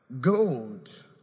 gold